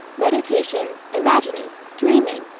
meditation, imagining, dreaming,